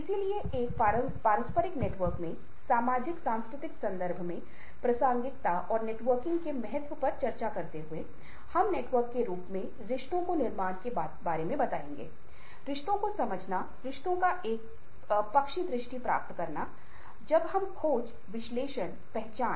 और एक बैठक में भले ही आप उनकी कमजोरी और ताकत के बारे में उल्लेख करें तो वे ज्यादा महसूस नहीं करते हैं क्योंकि वे खुद के बारे में जानते हैं वे इतना आहत महसूस नहीं करते